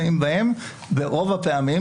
רוב הפעמים,